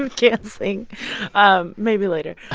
and can't sing um maybe later